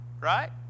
right